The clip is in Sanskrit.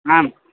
आम्